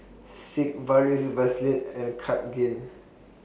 Sigvaris Vaselin and Cartigain